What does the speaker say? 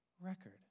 record